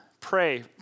pray